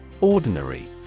Ordinary